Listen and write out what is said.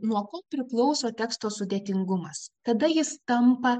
nuo ko priklauso teksto sudėtingumas kada jis tampa